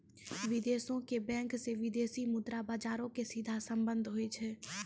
विदेशो के बैंको से विदेशी मुद्रा बजारो के सीधा संबंध होय छै